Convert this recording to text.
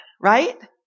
right